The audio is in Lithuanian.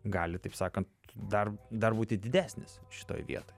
gali taip sakant dar dar būti didesnis šitoj vietoj